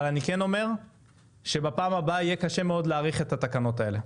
אבל אני כן אומר שבפעם הבאה יהיה קשה מאוד להאריך את התקנות האלה.